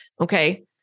Okay